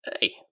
hey